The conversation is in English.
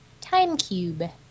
Timecube